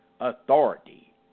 authority